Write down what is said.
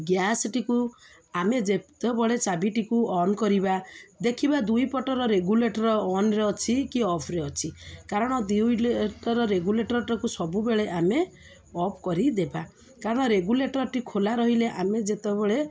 ଗ୍ୟାସ୍ଟିକୁ ଆମେ ଯେତେବେଳେ ଚାବିଟିକୁ ଅନ୍ କରିବା ଦେଖିବା ଦୁଇ ପଟର ରେଗୁଲେଟର ଅନ୍ରେ ଅଛି କି ଅଫ୍ରେ ଅଛି କାରଣ ଦୁଇପଟର ରେଗୁଲେଟରଟାକୁ ସବୁବେଳେ ଆମେ ଅଫ୍ କରିଦେବା କାରଣ ରେଗୁଲେଟରଟି ଖୋଲା ରହିଲେ ଆମେ ଯେତେବେଳେ